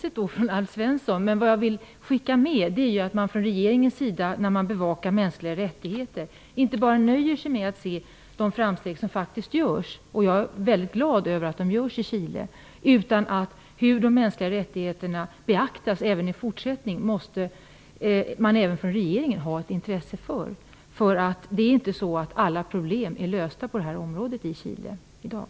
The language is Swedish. Jag betvivlar inte Alf Svenssons intresse. Jag vill skicka med att man från regeringens sida, när man bevakar mänskliga rättigheter, inte bara skall nöja sig med de framsteg som faktiskt görs. Jag är mycket glad över de framsteg som görs i Chile. Även från regeringen måste man ha ett intresse för hur de mänskliga rättigheterna beaktas i fortsättningen. Alla problem är inte lösta på det här området i Chile i dag.